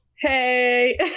Hey